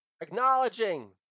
Acknowledging